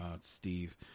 steve